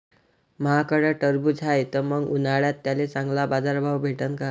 माह्याकडं टरबूज हाये त मंग उन्हाळ्यात त्याले चांगला बाजार भाव भेटन का?